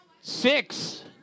Six